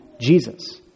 Jesus